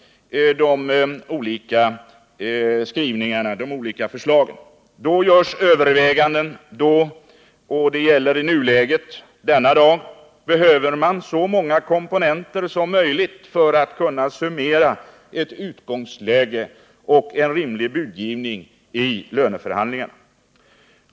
Då görs överväganden, då — och det gäller nuläget, denna dag — behöver man så många komponenter som möjligt för att kunna summera ett utgångsläge och en rimlig budgivning i löneförhandlingarna.